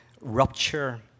rupture